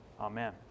Amen